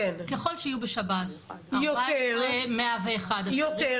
ככל שיהיו בשב"ס 14,101 אסירים, יהיה שחרור מנהלי.